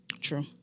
True